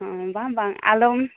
ᱦᱮᱸ ᱵᱟᱝ ᱵᱟᱝ ᱟᱞᱚᱢ